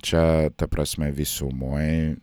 čia ta prasme visumoj